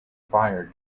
fire